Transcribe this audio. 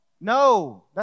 No